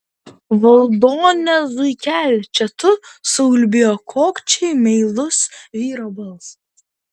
valdone zuikeli čia tu suulbėjo kokčiai meilus vyro balsas